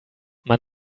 man